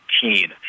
teen